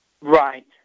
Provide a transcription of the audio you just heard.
Right